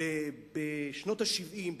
ובשנות ה-70,